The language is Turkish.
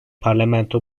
parlamento